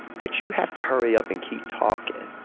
that you have to hurry up and keep talking,